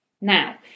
Now